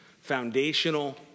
foundational